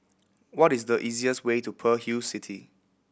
what is the easiest way to Pearl Hill City